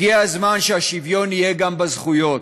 הגיע הזמן שהשוויון יהיה גם בזכויות,